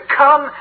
come